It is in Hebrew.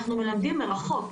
אנחנו מלמדים מרחוק.